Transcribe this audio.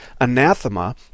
anathema